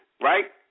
right